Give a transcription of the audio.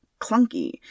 clunky